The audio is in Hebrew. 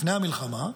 לפני המלחמה,